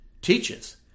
teaches